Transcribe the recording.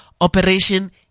Operation